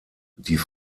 die